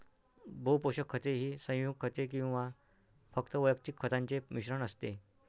बहु पोषक खते ही संयुग खते किंवा फक्त वैयक्तिक खतांचे मिश्रण असते